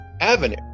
avenue